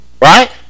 Right